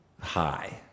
high